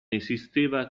esisteva